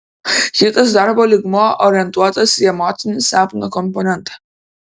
kitas darbo lygmuo orientuotas į emocinį sapno komponentą